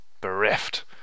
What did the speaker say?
bereft